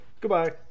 Goodbye